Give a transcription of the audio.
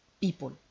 people